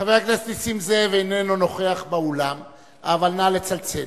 חבר הכנסת זאב אינו נוכח באולם, אבל נא לצלצל.